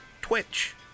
Twitch